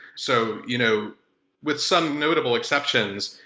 so you know with some notable exceptions,